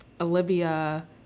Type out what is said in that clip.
Olivia